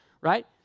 right